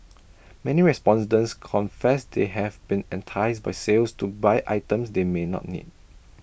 many respondents confess they have been enticed by sales to buy items they may not need